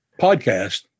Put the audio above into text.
podcast